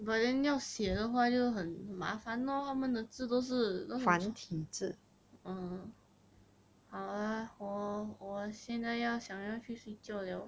but then 要写的话就很麻烦 lor 他们的字都是那种 uh 好啦我我现在要想要去睡觉了